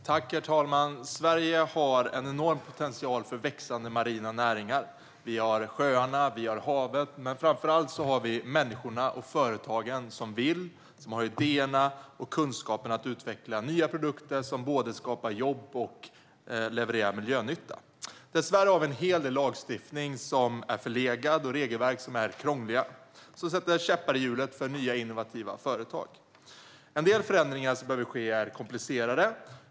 Herr talman! Sverige har enorm potential när det gäller växande marina näringar. Vi har sjöarna, och vi har haven. Men framför allt har vi människorna och företagen som vill och som har idéerna och kunskapen för att utveckla nya produkter som både skapar jobb och levererar miljönytta. Dessvärre har vi en hel del förlegad lagstiftning och krångliga regelverk som sätter käppar i hjulen för nya innovativa företag. En del förändringar som behöver ske är komplicerade.